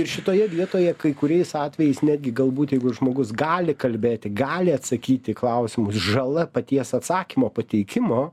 ir šitoje vietoje kai kuriais atvejais netgi galbūt jeigu žmogus gali kalbėti gali atsakyti į klausimus žala paties atsakymo pateikimo